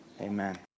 amen